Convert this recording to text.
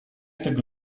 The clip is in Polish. tego